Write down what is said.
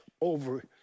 over